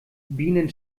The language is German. bienen